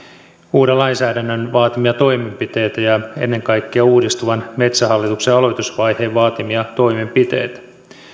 uuden lainsäädännön vaatimia toimenpiteitä ja ennen kaikkea uudistuvan metsähallituksen aloitusvaiheen vaatimia toimenpiteitä